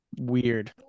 weird